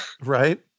right